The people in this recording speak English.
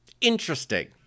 Interesting